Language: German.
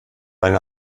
eine